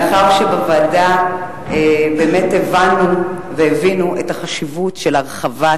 מאחר שבוועדה הבינו את החשיבות של הרחבת